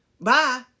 Bye